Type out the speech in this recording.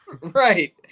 Right